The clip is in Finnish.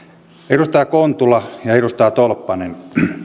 edustaja kontula ja edustaja tolppanen